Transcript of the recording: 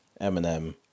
Eminem